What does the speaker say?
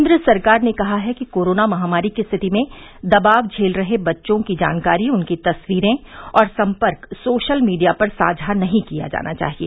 केन्द्र सरकार ने कहा है कि कोरोना महामारी की स्थिति में दबाव झेल रहे बच्चों की जानकारी उनकी तस्वीरें और संपर्क सोशल मीडिया पर साझा नहीं किया जाना चाहिए